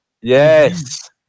Yes